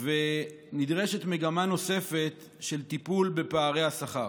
ונדרשת מגמה נוספת של טיפול בפערי השכר,